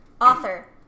Author